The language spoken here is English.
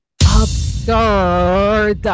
Absurd